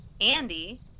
Andy